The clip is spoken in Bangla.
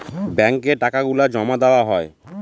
ব্যাঙ্কে টাকা গুলো জমা দেওয়া হয়